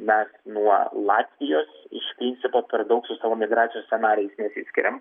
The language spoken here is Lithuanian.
mes nuo latvijos iš principo per daug su savo migracijos scenarijais nesiskiriam